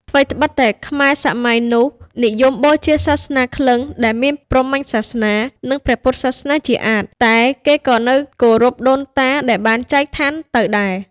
ថ្វីត្បិតតែខ្មែរនាសម័យនោះ និយមបូជាសាសនាក្លិង្គ ដែលមានព្រហ្មញ្ញសាសនា និងព្រះពុទ្ធសាសនាជាអាថិ តែគេក៏នៅគោរពដូនតាដែលបានចែកស្ថានទៅដែរ ។